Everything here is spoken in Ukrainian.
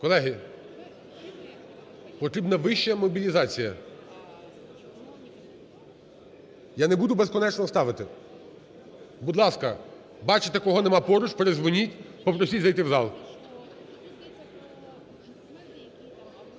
Колеги, потрібна вища мобілізація. Я не буду безкінечно ставити. Будь ласка, бачите, кого немає поруч, передзвоніть, попросіть зайти в зал.